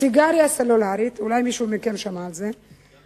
"סיגריה סלולרית" אולי מישהו מכם שמע על זה,